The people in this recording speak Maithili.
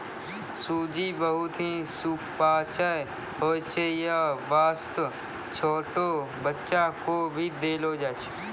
सूजी बहुत हीं सुपाच्य होय छै यै वास्तॅ छोटो बच्चा क भी देलो जाय छै